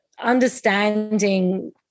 Understanding